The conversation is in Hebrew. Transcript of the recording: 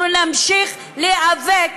אנחנו נמשיך להיאבק,